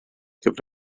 gyfer